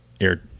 air